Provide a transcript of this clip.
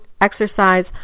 exercise